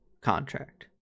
contract